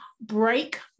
break